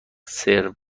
سرو